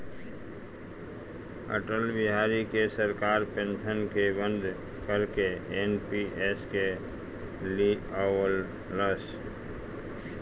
अटल बिहारी के सरकार पेंशन के बंद करके एन.पी.एस के लिअवलस